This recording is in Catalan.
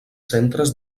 centres